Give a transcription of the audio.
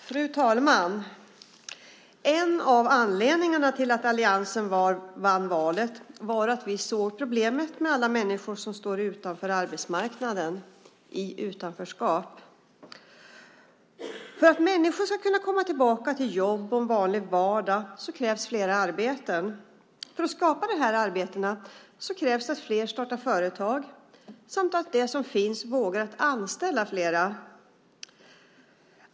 Fru talman! En av anledningarna till att alliansen vann valet var att vi såg problemet med alla människor som står utanför arbetsmarknaden, i utanförskap. För att människor ska kunna komma tillbaka till jobb och en vanlig vardag krävs flera arbeten. För att skapa de arbetena krävs det att flera startar företag samt att de som finns vågar anställa flera.